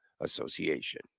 Association